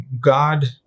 God